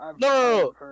no